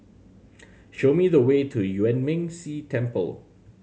show me the way to Yuan Ming Si Temple